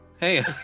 Hey